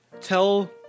tell